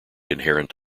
inherent